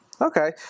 Okay